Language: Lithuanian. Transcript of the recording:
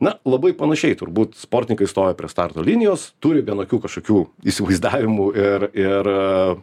na labai panašiai turbūt sportininkai stoja prie starto linijos turi vienokių kažkokių įsivaizdavimų ir ir